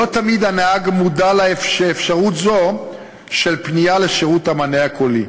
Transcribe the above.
לא תמיד הנהג מודע לאפשרות זו של פנייה לשירות המענה הקולי.